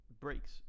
breaks